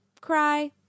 cry